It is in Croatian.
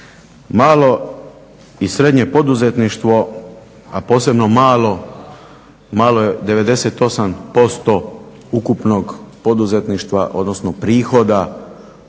Malo i srednje poduzetništvo, a posebno malo, je 98% ukupnog poduzetništva, odnosno prihoda